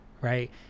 right